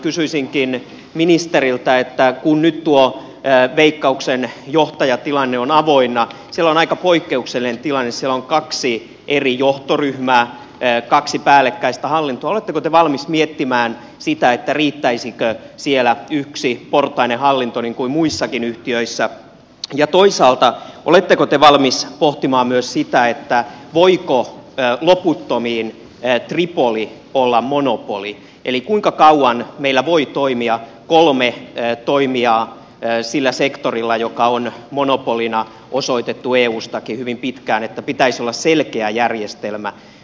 kysyisinkin ministeriltä kun nyt tuo veikkauksen johtajatilanne on avoinna siellä on aika poikkeuksellinen tilanne siellä on kaksi eri johtoryhmää kaksi päällekkäistä hallintoa oletteko te valmis miettimään sitä riittäisikö siellä yksiportainen hallinto niin kuin muissakin yhtiöissä ja toisaalta oletteko te valmis pohtimaan myös sitä voiko loputtomiin tripoli olla monopoli eli kuinka kauan meillä voi toimia kolme toimijaa sillä sektorilla joka on monopoliksi osoitettu eustakin hyvin pitkään ja jolla pitäisi olla selkeä järjestelmä